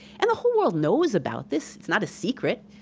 and the whole world knows about this. it's not a secret.